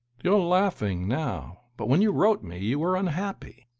you're laughing now but when you wrote me you were unhappy,